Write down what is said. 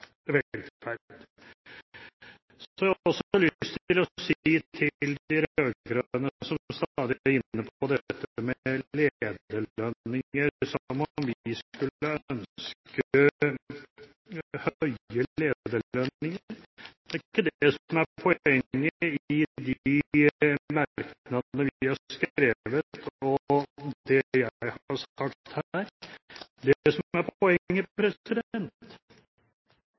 Så har jeg også lyst til å si til de rød-grønne, som stadig omtaler dette med lederlønninger som om vi skulle ønske høye lederlønninger: Det er ikke det som er poenget i de merknadene vi har skrevet, og det jeg har sagt her. Det som er poenget,